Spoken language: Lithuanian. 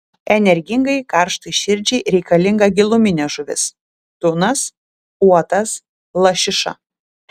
energingai karštai širdžiai reikalinga giluminė žuvis tunas uotas lašiša